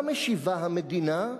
מה משיבה המדינה?